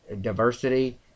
diversity